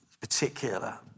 particular